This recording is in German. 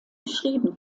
beschrieben